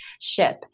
ship